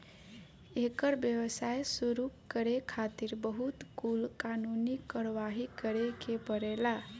एकर व्यवसाय शुरू करे खातिर बहुत कुल कानूनी कारवाही करे के पड़ेला